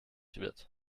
wird